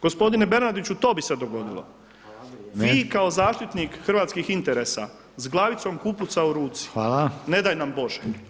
Gospodine Bernardiću, to bi se dogodilo, vi kao zaštitnik hrvatskih interesa s glavicom kupusa u ruci, ne daj nam Bože.